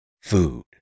food